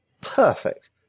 perfect